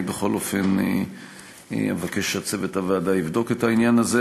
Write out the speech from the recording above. אני בכל אופן אבקש שצוות הוועדה יבדוק את העניין הזה.